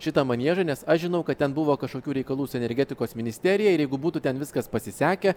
šitą maniežą nes aš žinau kad ten buvo kažkokių reikalų su energetikos ministerija ir jeigu būtų ten viskas pasisekę